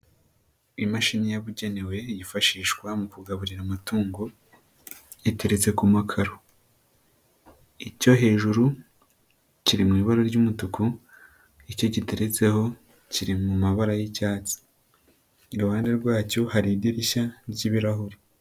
Imashini yabugenewe yifashishwa mu kugaburira amatungo, iteretse ku makararo icyo hejuru kiri mu ibara ry'umutuku, icyo giteretseho kiri mu mabara y'icyatsi, iruhande rwacyo hari idirishya ry'ibirahure.